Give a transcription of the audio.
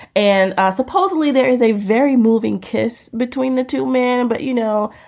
and ah supposedly there is a very moving kiss between the two men. but, you know,